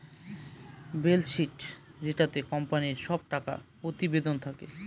balance sheet যেটাতে কোম্পানির সব টাকা প্রতিবেদন থাকে